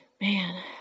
man